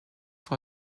for